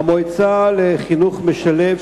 המועצה לחינוך משלב,